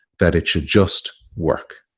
that it should just work.